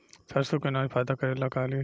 सरसो के अनाज फायदा करेला का करी?